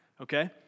okay